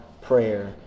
prayer